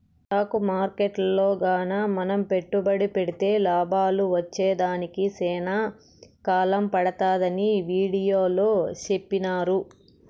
stock మార్కెట్టులో గాన మనం పెట్టుబడి పెడితే లాభాలు వచ్చేదానికి సేనా కాలం పడతాదని వీడియోలో సెప్పినారు